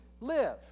live